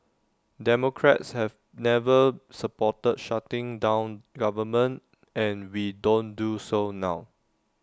democrats have never supported shutting down government and we don't do so now